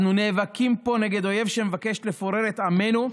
אנו נאבקים פה נגד אויב שמבקש לפורר את עמנו,